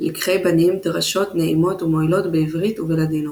לקחי בנים – דרשות נעימות ומועילות בעברית ובלאדינו